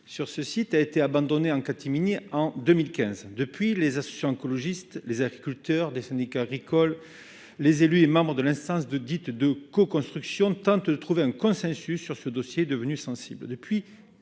sur ce site a été abandonné en catimini en 2015 depuis les institutions écologiste, les agriculteurs des syndicats agricoles, les élus et membres de l'instance de dite de co-construction tentent de trouver un consensus sur ce dossier devenu sensible